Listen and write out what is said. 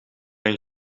een